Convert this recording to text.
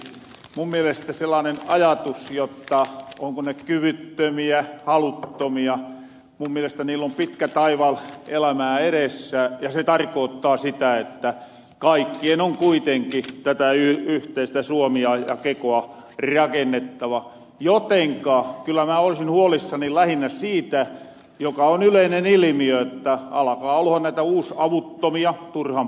mun mielestä sellaanen ajatus jotta onko ne kyvyttömiä haluttomia mun mielestä niil on pitkä taival elämää edessä ja se tarkoottaa sitä että kaikkien on kuitenkin tätä yhteistä suomia ja kekoa rakennettava jotenka kyllä mä olisin huolissani lähinnä siitä joka on yleinen ilimiö että alkaa olohon näitä uusavuttomia turhan paljon